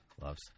loves